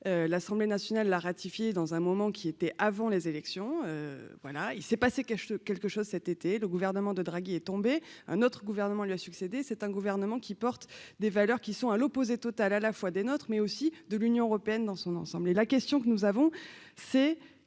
l'Assemblée nationale la ratifié dans un moment qui était avant les élections, voilà, il s'est passé quelque quelque chose cet été le gouvernement de Draghi est tombé un autre gouvernement lui a succédé, c'est un gouvernement qui porte des valeurs qui sont à l'opposé total à la fois des nôtres, mais aussi de l'Union européenne dans son ensemble et la question que nous avons c'est